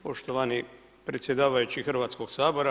Poštovani predsjedavajući Hrvatskoga sabora.